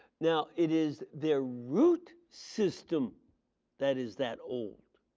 now it is there root system that is that old.